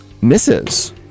misses